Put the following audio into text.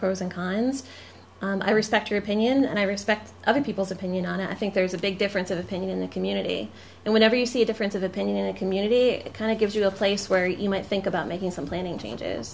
pros and cons and i respect your opinion and i respect other people's opinion and i think there's a big difference of opinion in the community and whenever you see a difference of opinion in a community it kind of gives you a place where you might think about making some planning